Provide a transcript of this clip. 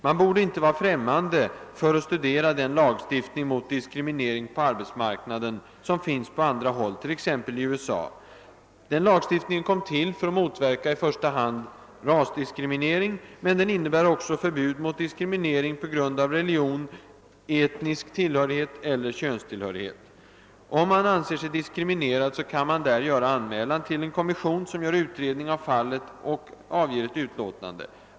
Man borde inte vara främmande för att studera den lagstiftning mot diskriminering på arbetsmarknaden som finns på andra håll, till exempel i USA. Lagstiftningen där kom till för att i första hand motverka rasdiskriminering, men den innebär också förbud mot diskriminering på grund av kön, religion, och etnisk grupptillhörighet. Den som anser sig diskriminerad kan där lämna in en anmälan till en kommission, som gör utredning av fallet och avger ett utlåtande.